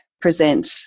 present